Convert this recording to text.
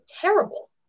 Terrible